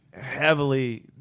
heavily